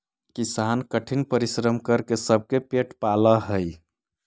किसान कठिन परिश्रम करके सबके पेट पालऽ हइ